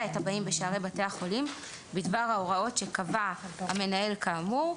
את הבאים בשערי בתי החולים בדבר ההוראות שקבע המנהל כאמור,